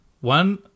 one